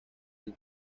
del